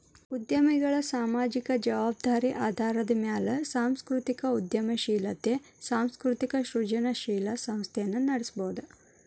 ಉದ್ಯಮಿಗಳ ಸಾಮಾಜಿಕ ಜವಾಬ್ದಾರಿ ಆಧಾರದ ಮ್ಯಾಲೆ ಸಾಂಸ್ಕೃತಿಕ ಉದ್ಯಮಶೇಲತೆ ಸಾಂಸ್ಕೃತಿಕ ಸೃಜನಶೇಲ ಸಂಸ್ಥೆನ ನಡಸಬೋದು